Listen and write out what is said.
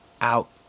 out